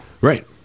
Right